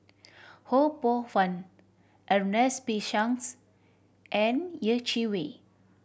Ho Poh Fun Ernest P Shanks and Yeh Chi Wei